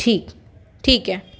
ठीक ठीक है